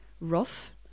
rough